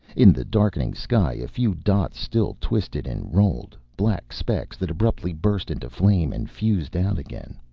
in the darkening sky a few dots still twisted and rolled, black specks that abruptly burst into flame and fused out again.